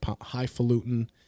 highfalutin